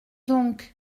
donc